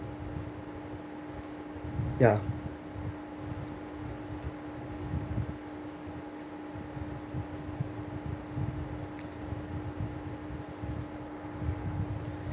ya